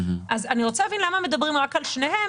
אני רוצה להבין למה מדברים רק על שניהם,